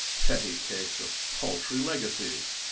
petty case of paltry legacies!